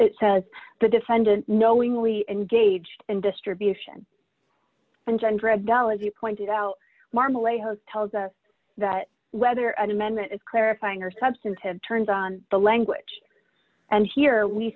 it says the defendant knowingly engaged and distribution and gender of dollars you pointed out marmalade host tells us that whether an amendment is clarifying or substantive turns on the language and here we